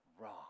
wrong